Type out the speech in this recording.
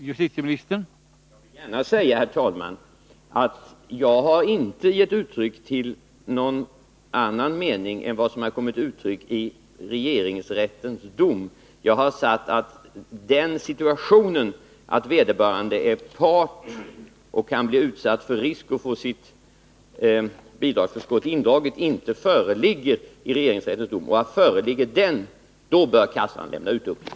I Älmhult har det nyss varit en storbrand i en lagerbyggnad, där olika brännbara material, bl.a. PVC-plast, lagrades. I samma byggnad lagrades också metalliskt natrium. Brandens primärorsak var obehörigt tillgrepp av natrium. Säkrare förvaring av natrium och brandbegränsande sektorisering hade säkerligen kunnat begränsa brandens omfattning eller helt förhindra den. Ärindustriministern beredd att vidta åtgärder som syftar till att i framtiden förhindra eller begränsa bränder liknande den i Älmhult?